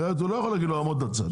אחרת אתה לא יכול להגיד לו: עמוד בצד.